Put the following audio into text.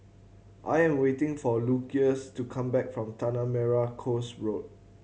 I am waiting for Lucius to come back from Tanah Merah Coast Road